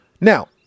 Now